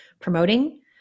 promoting